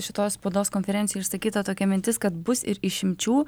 šitos spaudos konferencijoje išsakyta tokia mintis kad bus ir išimčių